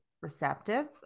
receptive